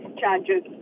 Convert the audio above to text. charges